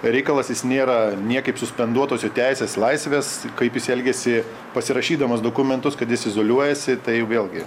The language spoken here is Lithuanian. reikalas jis nėra niekaip suspenduotos jo teisės laisvės kaip jis elgiasi pasirašydamas dokumentus kad jis izoliuojasi tai vėlgi